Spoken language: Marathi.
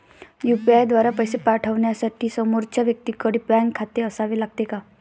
यु.पी.आय द्वारा पैसे पाठवण्यासाठी समोरच्या व्यक्तीकडे बँक खाते असावे लागते का?